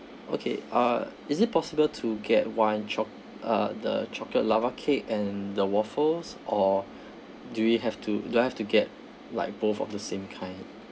okay uh is it possible to get one cho~ uh the chocolate lava cake and the waffles or do we have to do I have to get like both of the same kind